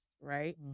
Right